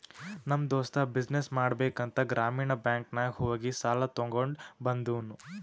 ನಮ್ ದೋಸ್ತ ಬಿಸಿನ್ನೆಸ್ ಮಾಡ್ಬೇಕ ಅಂತ್ ಗ್ರಾಮೀಣ ಬ್ಯಾಂಕ್ ನಾಗ್ ಹೋಗಿ ಸಾಲ ತಗೊಂಡ್ ಬಂದೂನು